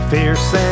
Fierce